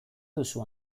duzu